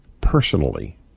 personally